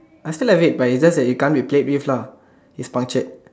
I still have it but it's just that it can't be played with lah it's punctured